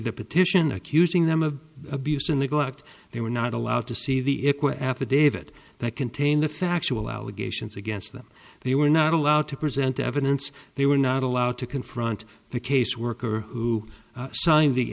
the petition accusing them of abuse and neglect they were not allowed to see the equip affidavit that contained the factual allegations against them they were not allowed to present evidence they were not allowed to confront the caseworker who signed the